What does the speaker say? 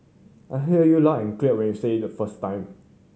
I heard you loud and clear when you said it the first time